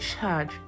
charge